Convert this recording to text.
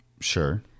Sure